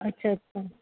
अच्छा अच्छा